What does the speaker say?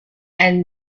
and